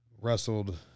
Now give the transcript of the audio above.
wrestled